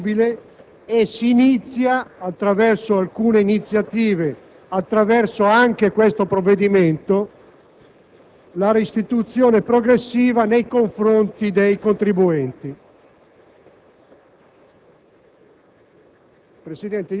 è un recupero della base imponibile e si inizia - attraverso alcune iniziative, come anche questo provvedimento - la restituzione progressiva nei confronti dei contribuenti.